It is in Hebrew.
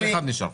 אחד נשאר.